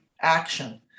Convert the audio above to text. action